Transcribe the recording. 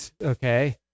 okay